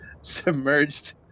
submerged